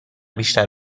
بیشتر